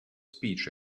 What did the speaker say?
speech